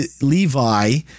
Levi